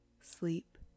Sleep